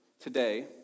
today